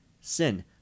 Sin